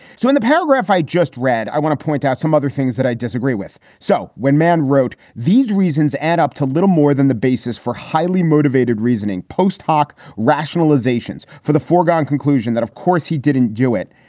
so in the paragraph i just read, i want to point out some other things that i disagree with. so when man wrote these reasons add up to little more than the basis for highly motivated reasoning, post hoc rationalizations for the foregone conclusion that, of course, he didn't do it.